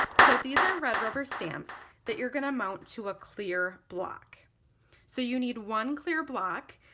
so these are red rubber stamps that you're going to mount to a clear block so you need one clear block,